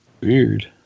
Weird